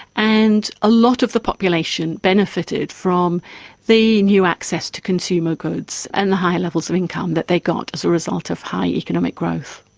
and a lot of the population benefited from the new access to consumer goods and the high levels of income that they got as a result of high economic growth.